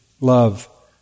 love